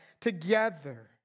together